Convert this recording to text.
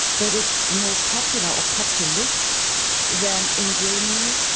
but it's more popular or populist than in germany.